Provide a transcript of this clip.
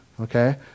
Okay